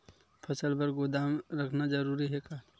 फसल बर गोदाम रखना जरूरी हे का?